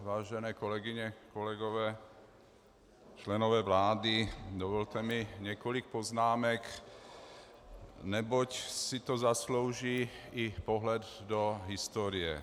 Vážené kolegyně, kolegové, členové vlády, dovolte mi několik poznámek, neboť si to zaslouží i pohled do historie.